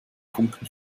funken